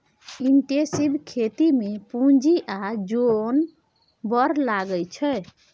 intensive खेती मे पुंजी आ जोन बड़ लगै छै